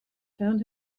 found